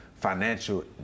Financial